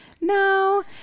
no